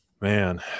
man